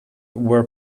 were